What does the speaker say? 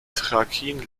thrakien